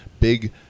Big